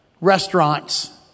restaurants